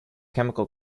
chemical